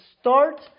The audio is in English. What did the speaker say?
start